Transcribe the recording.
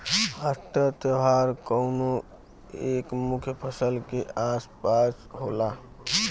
harvest त्यौहार कउनो एक मुख्य फसल के आस पास होला